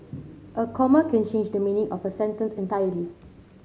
a comma can change the meaning of a sentence entirely